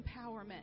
empowerment